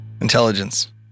Intelligence